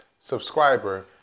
subscriber